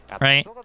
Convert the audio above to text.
Right